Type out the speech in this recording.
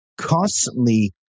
constantly